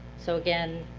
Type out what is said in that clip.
so again,